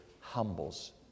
humbles